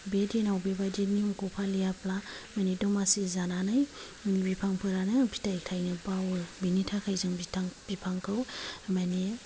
बे दिनाव बेबायदि नियमखौ फालियाब्ला माने दमासि जानानै बिफांफ्रानो फिथाय थायनो बावो बेनि थाखाय जों बिफांखौ माने